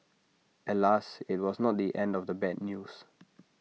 alas IT was not the end of the bad news